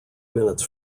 minutes